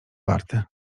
warte